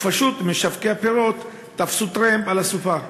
ופשוט משווקי הפירות תפסו טרמפ על הסופה.